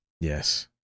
Yes